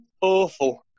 awful